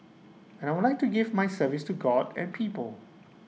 and I would like to give my service to God and people